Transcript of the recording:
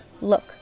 look